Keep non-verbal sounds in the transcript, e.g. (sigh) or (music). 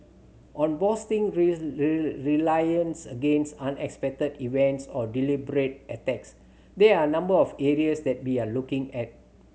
on boosting (unintelligible) against unexpected events or deliberate attacks there are a number of areas that we are looking at